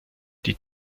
die